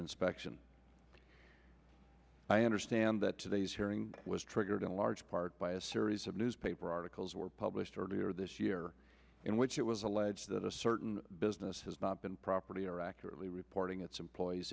inspection i understand that today's hearing was triggered in large part by a series of newspaper articles were published earlier this year in which it was alleged that a certain business has not been properly or accurately reporting its employees i